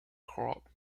crop